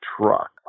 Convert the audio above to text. truck